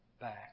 back